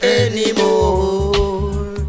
anymore